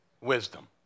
wisdom